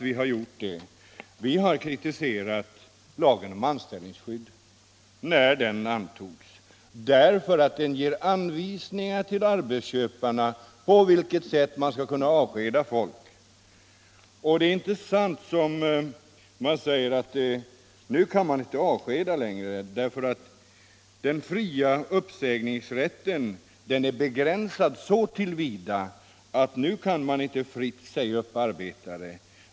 Vi kritiserade lagen om anställningsskydd när den antogs, därför att den ger anvisningar till arbetsköparna på vilket sätt de skall kunna av skeda folk. Det är inte sant, som ni säger, att nu kan man inte avskeda folk längre därför att den fria uppsägningsrätten är begränsad så till vida att det nu inte är frihet att säga upp arbetare.